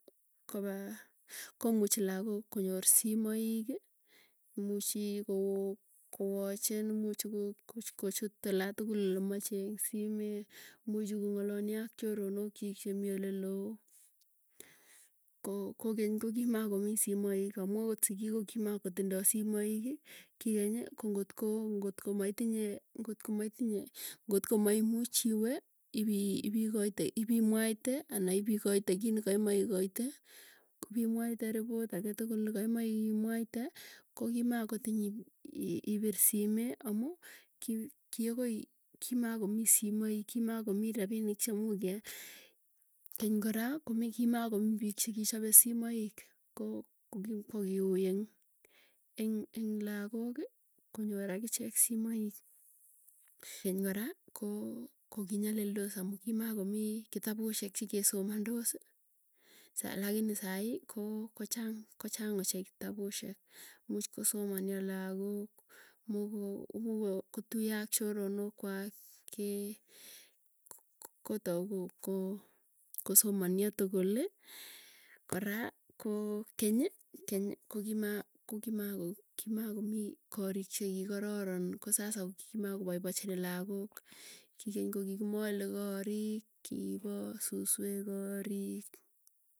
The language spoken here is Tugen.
Kopa komuchi lagook konyor simaiki, imuchi kow- kowatchen kochut olatukul, lemache eng simet, imuchi kong'alolio ak choronok chik chemii oleloo, ko kogeny kokimakomii simoik amuu akot sikiik, kokii makotindoi simoik, kigeny ko ngotko ngotko maitinye, ngotko maimuci iwee, ipii ipimwaaite anaipikoite kiit nakaimeche ikoite. Kopimwaite report agetugul nekaimeche imwaite kogii makotiny i- ipir simee akuu kiagoi, kamakomii simoi kimakomii rapinik chemu keaal. Keny kora ko kimakomii piik chekichope simaik, ko kokiui eng eng lagoki, konyor akichek simaik. Keny kora ko kinyalilndpos amu kimakomii kitapusyek chekesomanndosi, salakini sai koo kochang kochang ochei kitapusiiek, muuch kosomanyio lagook muuk ko, mu kotuyoak choronok kwai kee kosomanio tukuli, kora ko keny keny kokima kokimako kimakomii korik chekaroron ko sasa ko ki makopaipachini lagook, kikeny ko kikimale korik kipo suswek korik.